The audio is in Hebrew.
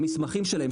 המסמכים שלהם,